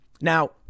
Now